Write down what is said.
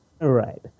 Right